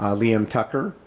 um liam tucker,